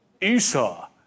Esau